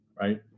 right